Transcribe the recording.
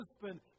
husband